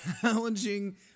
challenging